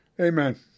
amen